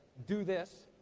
do this,